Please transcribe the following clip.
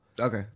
Okay